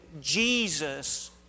Jesus